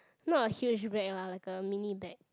not a huge bag lah like a mini bag